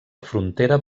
frontera